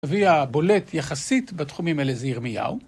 הנביא הבולט יחסית בתחומים אלה זה ירמיהו.